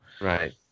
Right